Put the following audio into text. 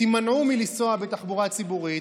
תימנעו מלנסוע בתחבורה הציבורית,